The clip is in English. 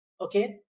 Okay